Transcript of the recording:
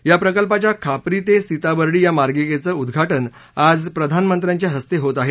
या प्रकल्पाच्या खापरी ते सीताबर्डी या मार्गीकेचं उद्वाटन आज प्रधानमंत्र्यांच्या हस्ते होत आहे